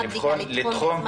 לתחום מה?